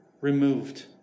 removed